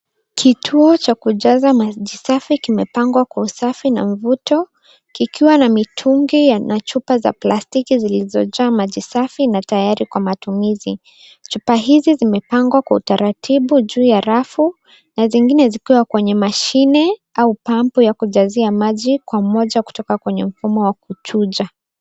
Kituo cha kujaza maji safi kimepangwa kwa usafi na mvuto kikiwa na mitungi na chupa za plastiki zilizojaa maji safi na tayari kwa matumizi. Chupa hizi zimepangwa kwa utaratibu juu rafu na zingine zikiwa kwenye mashine au pampu ya kujazi maji kwa umoja kutoka kwenye mfumo wa kuchuja.